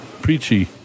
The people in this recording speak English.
preachy